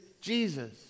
Jesus